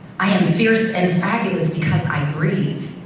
i am fierce and fabulous because i breathe.